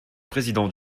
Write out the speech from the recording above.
président